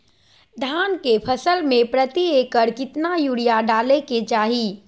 धान के फसल में प्रति एकड़ कितना यूरिया डाले के चाहि?